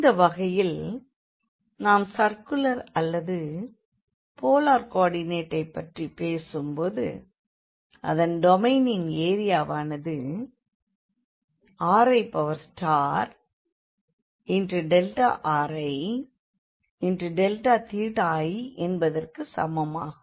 இந்த வகையில் நாம் சர்க்குலர் அல்லது போலார் கோ ஆர்டினேட்டைப் பற்றிப் பேசும் போது இந்த டொமைனின் ஏரியாவானது ririi என்பதற்குச் சமமாகும்